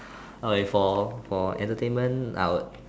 okay for for entertainment I would